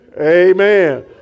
amen